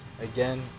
Again